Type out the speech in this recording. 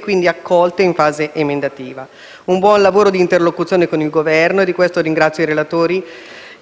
e, quindi, accolte in fase emendativa. Un buon lavoro di interlocuzione con il Governo, e di questo ringrazio i relatori,